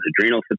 adrenal